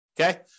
Okay